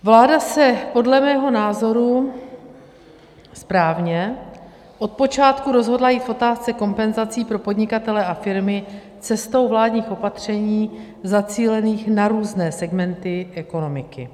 Vláda se podle mého názoru správně od počátku rozhodla jít v otázce kompenzací pro podnikatele a firmy cestou vládních opatření zacílených na různé segmenty ekonomiky.